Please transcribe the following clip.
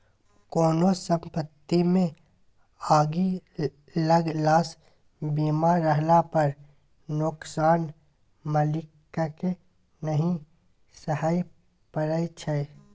कोनो संपत्तिमे आगि लगलासँ बीमा रहला पर नोकसान मालिककेँ नहि सहय परय छै